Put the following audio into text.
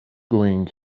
going